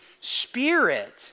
Spirit